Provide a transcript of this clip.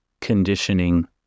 conditioning